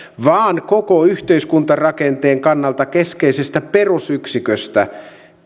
vaan koko yhteiskuntarakenteen kannalta keskeisestä perusyksiköstä